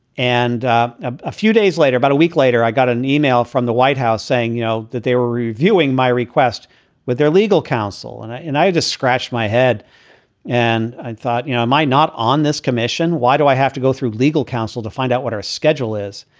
and a few days later, about a week later, i got an e-mail from the white house saying, you know, that they were reviewing my request with their legal counsel. and and i just scratched my head and i thought, you know, am i not on this commission? why do i have to go through legal counsel to find out what our schedule is?